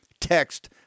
Text